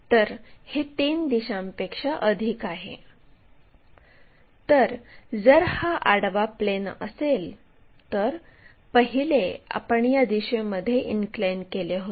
तर हा एक प्रोजेक्टर आहे आणि हा दुसरा प्रोजेक्टर आहे